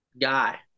guy